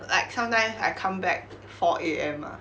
like sometimes I come back four A_M mah